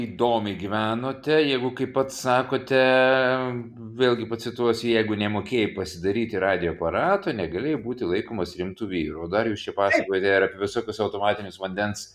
įdomiai gyvenote jeigu kaip pats sakote vėlgi pacituosiu jeigu nemokėjai pasidaryti radijo aparatų negalėjai būti laikomas rimtu vyru o dar jūs čia pasakojate ir apie visokius automatinius vandens